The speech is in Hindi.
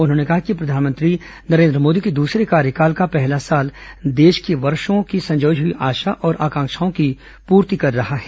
उन्होंने कहा कि प्रधानमंत्री नरेन्द्र मोदी के दूसरे कार्यकाल का पहला साल देश की वर्षों की संजोयी हुई आशा और आकांक्षाओं की पूर्ति कर रहा है